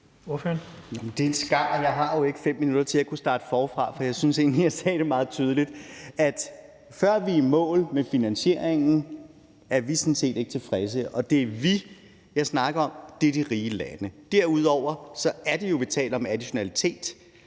Det er en skam. Jeg har jo ikke 5 minutter til at kunne starte forfra. Jeg synes egentlig, at jeg sagde det meget tydeligt. Før vi er i mål med finansieringen, er vi sådan set ikke tilfredse. Og det »vi«, jeg snakker om, er de rige lande. Derudover taler vi jo om additionalitet,